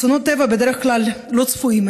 אסונות טבע הם בדרך כלל לא צפויים,